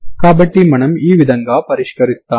కాబట్టి మనం ఈ విధంగా పరిష్కరిస్తాము